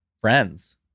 friends